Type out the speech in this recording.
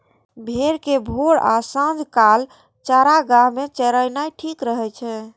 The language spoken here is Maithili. भेड़ कें भोर आ सांझ काल चारागाह मे चरेनाय ठीक रहै छै